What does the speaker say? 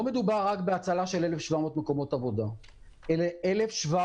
לא מדובר רק בהצלחה של 1,700 מקומות עבודה אלא 1,700